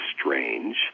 strange